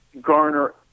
garner